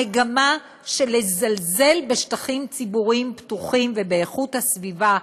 המגמה של זלזול בשטחים ציבוריים פתוחים ובאיכות הסביבה,